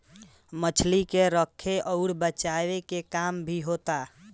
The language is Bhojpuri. मछली के रखे अउर बचाए के काम भी होता